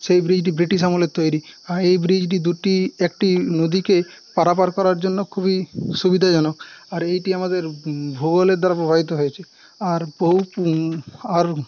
সেই ব্রিজটি ব্রিটিশ আমলের তৈরি আর এই ব্রিজটি দুটি একটি নদীকে পারাপার করার জন্য খুবই সুবিধাজনক আর এইটি আমাদের ভূগোলের দ্বারা প্রভাবিত হয়েছে আর আর